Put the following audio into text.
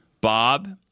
Bob